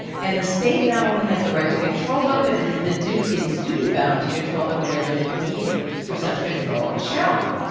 and the state not only has the right to control them, but it is the du it is duty bound to control them whenever the need for such control is shown.